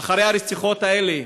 אחרי הרציחות האלה,